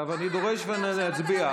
עכשיו אני דורש, ואני אצביע.